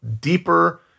deeper